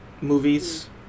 movies